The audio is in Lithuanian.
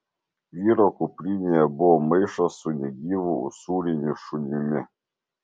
vyro kuprinėje buvo maišas su negyvu usūriniu šunimi